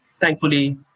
thankfully